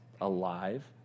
alive